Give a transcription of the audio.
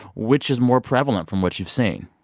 which is more prevalent, from what you've seen?